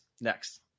next